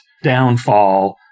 downfall